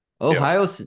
Ohio